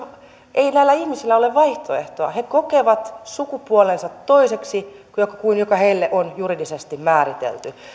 ei näillä ihmisillä ole vaihtoehtoa he kokevat sukupuolensa toiseksi kuin on se joka heille on juridisesti määritelty